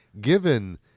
given